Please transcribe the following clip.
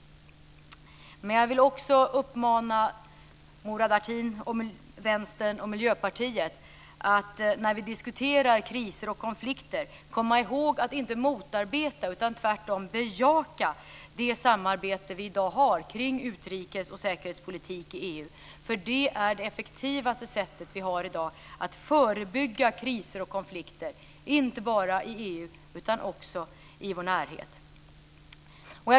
Jag vill också uppmana Murad Artin, Vänstern och Miljöpartiet att komma ihåg, när vi diskuterar kriser och konflikter, att inte motarbeta utan tvärtom bejaka det samarbete vi i dag har kring utrikes och säkerhetspolitik i EU. Det är nämligen det effektivaste sättet vi har i dag att förebygga kriser och konflikter, inte bara i EU utan också i vår närhet.